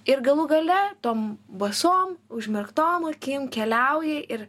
ir galų gale tom basom užmerktom akim keliauji ir